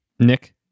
Nick